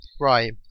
Right